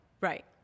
Right